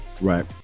Right